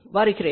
வருகிறேன்